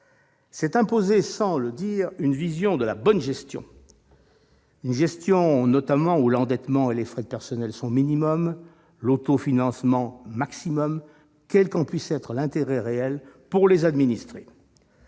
C'est imposer sans le dire une vision de la bonne gestion où l'endettement et les frais de personnel sont minimums, l'autofinancement maximum, quel qu'en puisse être l'intérêt réel pour les administrés,